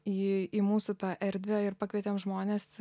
į į mūsų tą erdvę ir pakvietėm žmones